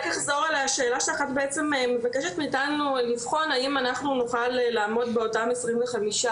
את בעצם מבקשת מאתנו לבחון האם אנחנו נוכל לעמוד באותם עשרים וחמישה